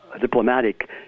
diplomatic